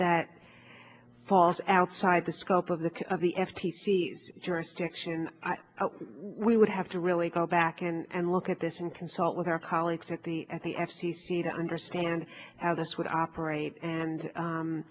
that falls outside the scope of the of the f t c jurisdiction we would have to really go back and look at this and consult with our colleagues at the at the f c c to understand how this would operate and